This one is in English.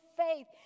faith